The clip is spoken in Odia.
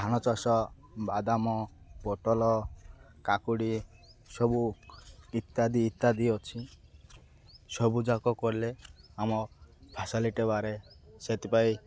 ଧାନ ଚାଷ ବାଦାମ ପୋଟଲ କାକୁଡ଼ି ସବୁ ଇତ୍ୟାଦି ଇତ୍ୟାଦି ଅଛି ସବୁଯାକ କଲେ ଆମ ଫସଲଟେ ବାହାରେ ସେଥିପାଇଁ